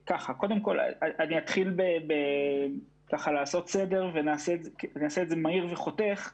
אתחיל בלעשות סדר ונעשה את זה מהיר וחותך.